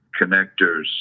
connectors